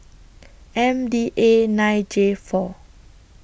M D A nine J four